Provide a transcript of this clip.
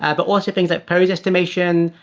ah but also things like pose estimation,